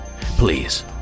Please